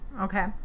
Okay